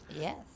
Yes